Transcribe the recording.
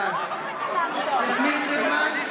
בעד יסמין פרידמן,